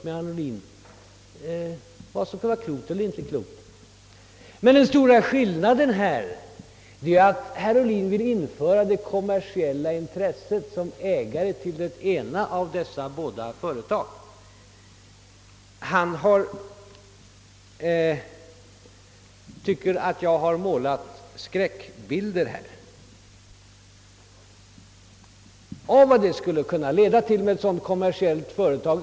Jag är också beredd att punkt för punkt gå igenom detta med herr Ohlin. Den stora skillnaden mellan herr Ohlin och mig är att herr Ohlin önskar att den ena av dessa båda avdelningar skall utformas som ett självständigt, privatägt företag. Han anser att jag har målat upp skräckbilder av vad som kunde hända, t.ex. i form av obehöriga påtryckningar, om det fanns ett kommersiellt företag.